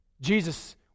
Jesus